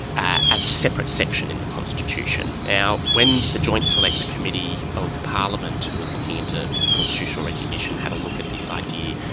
ah as a separate section in the constitution. when the joint select committee of parliament who was looking into constitutional recognition had a look at this idea,